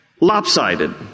lopsided